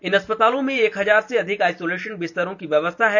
इन अस्पतालों में एक हजार से अधिक आइसोलेशन बिस्तरों की व्यवस्था है